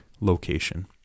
location